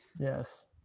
yes